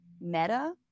Meta